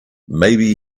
maybe